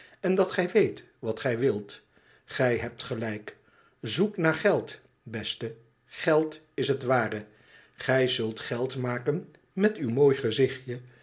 en dat gij weet wat gij wilt gij hebt gelijk zoek naar geld beste geld is het ware gij zult eld maken met uw mooi gezichtje